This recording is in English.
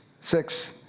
six